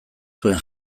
zuen